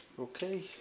okay,